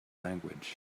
language